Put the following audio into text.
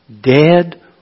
dead